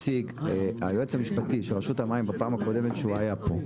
שהציג היועץ המשפטי של רשות המים בפעם הקודמת שהוא היה פה,